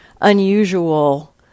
unusual